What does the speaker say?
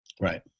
right